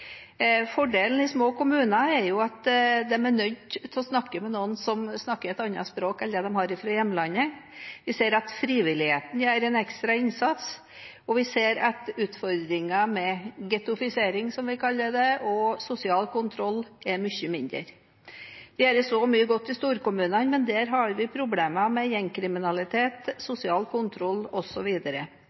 Fordelen i små kommuner er at de er nødt til å snakke med noen som snakker et annet språk enn det de har fra hjemlandet, vi ser at frivilligheten gjør en ekstra innsats, og vi ser at utfordringen med ghettofisering, som vi kaller det, og sosial kontroll er mye mindre. Det gjøres også mye godt i storkommunene, men der har vi problemer med gjengkriminalitet, sosial kontroll,